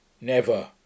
Never